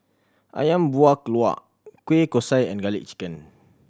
Ayam Buah Keluak Kueh Kosui and Garlic Chicken